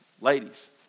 ladies